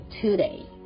today